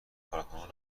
کارکنان